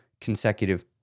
consecutive